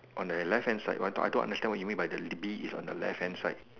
on the left hand side I don't I don't understand what you mean by the bee is on the left hand side